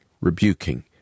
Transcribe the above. rebuking